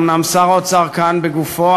אומנם שר האוצר כאן בגופו,